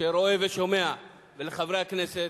שרואה ושומע, ולחברי הכנסת,